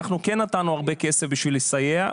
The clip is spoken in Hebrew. אנחנו כן נתנו הרבה כסף בשביל לסייע.